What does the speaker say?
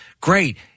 great